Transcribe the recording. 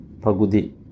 Pagudi